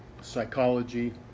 psychology